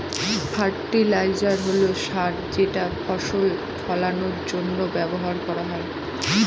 fertiliser হল সার যেটা ফসল ফলানের জন্য ব্যবহার করা হয়